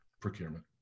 procurement